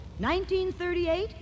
1938